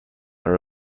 are